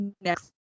next